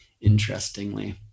interestingly